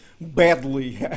badly